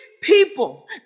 people